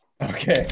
Okay